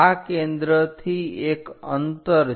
આ કેન્દ્રથી એક અંતર છે